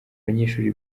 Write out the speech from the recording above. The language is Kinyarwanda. abanyeshuri